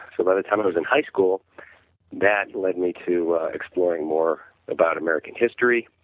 so by the time i was in high school that led me to exploring more about american history.